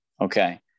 okay